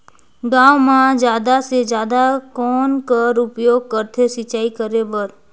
गांव म जादा से जादा कौन कर उपयोग करथे सिंचाई करे बर?